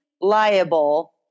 liable